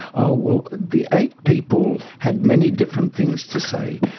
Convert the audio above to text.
ah well, the eight people had many different things to say.